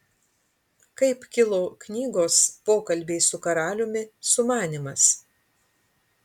kaip kilo knygos pokalbiai su karaliumi sumanymas